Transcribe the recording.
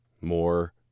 more